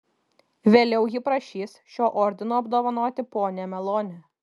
vėliau ji prašys šiuo ordinu apdovanoti ponią meloni